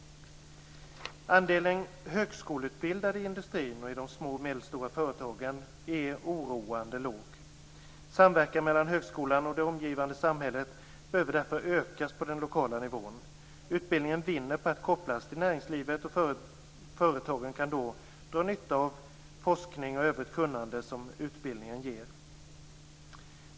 Andelen högskoleutbildade i industrin och i de små och medelstora företagen är oroande låg. Samverkan mellan högskolan och det omgivande samhället behöver därför ökas på den lokala nivån. Utbildningen vinner på att kopplas till näringslivet, och företagen kan då dra nytta av forskning och övrigt kunnande som utbildningen ger.